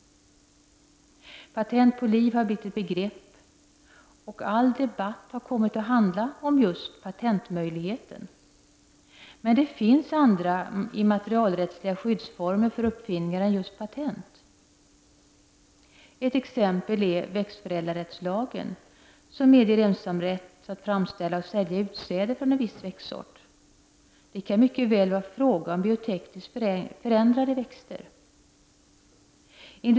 ”Patent på liv” har blivit ett begrepp, och all debatt har kommit att handla om just patentmöjligheten. Men det finns andra immaterialrättsliga skyddsformer för uppfinningar än just patent. Ett exempel är växtförädlarrättslagen, som medger ensamrätt för att framställa och sälja utsäde från en viss växtsort. Det kan mycket väl vara fråga om biotekniskt förändrade växter.